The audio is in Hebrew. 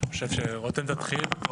אני חושב שרותם תתחיל,